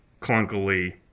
clunkily